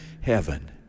heaven